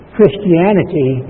Christianity